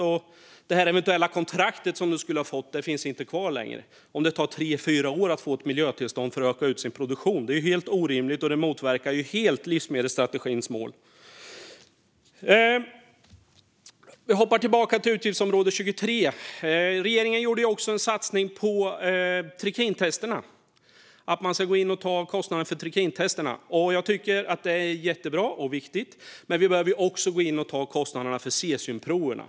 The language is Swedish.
Kontraktet som man eventuellt skulle ha fått finns inte kvar längre om det tagit tre fyra år att få ett miljötillstånd för att utöka sin produktion. Det är helt orimligt, och det motverkar helt livsmedelsstrategins mål. Jag hoppar tillbaka till utgiftsområde 23. Regeringen gjorde också en satsning på trikintesterna. Man ska gå in och ta kostnaden för trikintesterna, och det tycker jag är jättebra och viktigt. Men vi behöver också gå in och ta kostnaderna för cesiumproverna.